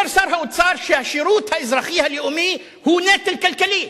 אומר שר האוצר שהשירות האזרחי הלאומי הוא נטל כלכלי.